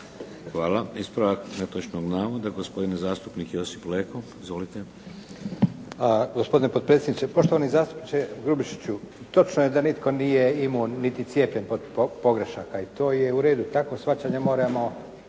Hvala. Ispravak netočnog navoda, gospodi zastupnik Josip Leko. Izvolite. **Leko, Josip (SDP)** Gospodine potpredsjedniče. Poštovani zastupniče Grubišiću, točno je da nitko nije imao niti cijepljen protiv pogrešaka i to je u redu, takvo shvaćanje moramo